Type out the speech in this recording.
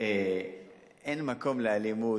אין מקום לאלימות,